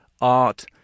art